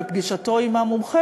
בפגישתו עם המומחה,